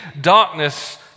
darkness